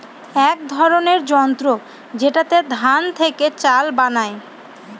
এক ধরনের যন্ত্র যেটাতে ধান থেকে চাল বানায়